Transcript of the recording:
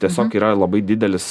tiesiog yra labai didelis